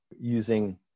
using